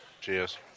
cheers